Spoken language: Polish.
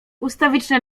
ustawiczne